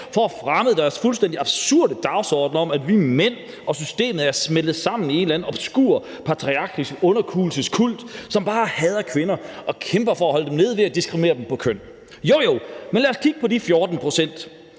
for at fremme deres fuldstændig absurde dagsorden om, at vi mænd og systemet er smeltet sammen i en eller anden obskur patriarkalsk underkuelseseskult, som bare hader kvinder, og som kæmper for at holde dem nede ved at diskriminere dem på køn. Jo, jo, men lad os kigge på de 14 pct.